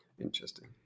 Interesting